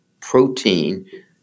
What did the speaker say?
protein